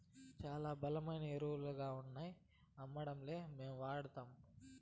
శానా బలమైన ఎరువుగాన్నా అమ్మడంలే మేమే వాడతాన్నం